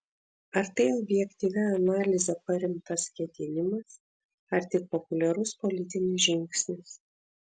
ar tai objektyvia analize paremtas ketinimas ar tik populiarus politinis žingsnis